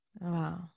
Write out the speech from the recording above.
Wow